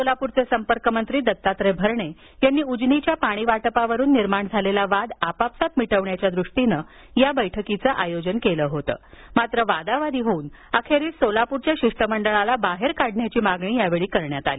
सोलापूरचे संपर्कमंत्री दत्तात्रय भरणे यांनी उजनीच्या पाणी वाटपावरून निर्माण झालेला वाद आपापसात मिटवण्याचा दृष्टीनं या बैठकीचं आयोजन केलं होतं मात्र वादावादी होऊन अखेरीस सोलापूरच्या शिष्टमंडळाला बाहेर काढण्याची मागणी करण्यात आली